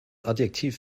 adjektiv